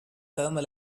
thermal